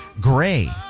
Gray